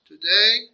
today